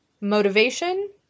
motivation